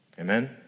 Amen